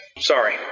Sorry